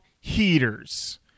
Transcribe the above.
heaters